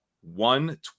one